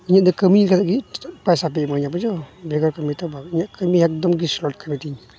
ᱤᱧᱟᱹᱜᱫᱚ ᱠᱟᱹᱢᱤ ᱞᱮᱠᱟᱛᱮᱜᱮ ᱯᱟᱭᱥᱟ ᱯᱮ ᱤᱢᱟᱹᱧᱟ ᱵᱩᱡᱷᱟᱹᱣ ᱵᱮᱜᱚᱨ ᱠᱟᱹᱢᱤᱛᱮ ᱵᱟᱝ ᱤᱧᱟᱹᱜ ᱠᱟᱹᱢᱤ ᱮᱠᱫᱚᱢᱜᱮ ᱥᱚᱴ ᱠᱟᱹᱢᱤᱛᱤᱧ